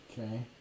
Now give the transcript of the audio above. Okay